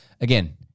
again